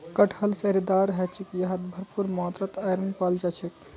कटहल रेशेदार ह छेक यहात भरपूर मात्रात आयरन पाल जा छेक